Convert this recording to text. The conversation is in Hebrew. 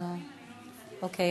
בוועדת הפנים?